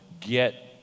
get